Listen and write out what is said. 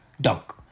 Dunk